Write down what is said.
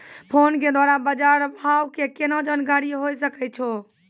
Phone के द्वारा बाज़ार भाव के केना जानकारी होय सकै छौ?